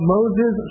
Moses